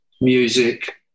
music